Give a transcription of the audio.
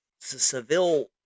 Seville